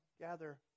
gather